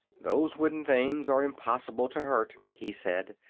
those wooden things are impossible to hurt, he said,